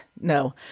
No